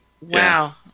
Wow